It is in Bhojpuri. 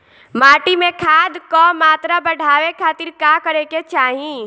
माटी में खाद क मात्रा बढ़ावे खातिर का करे के चाहीं?